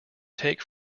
take